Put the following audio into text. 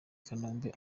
kanombe